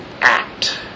act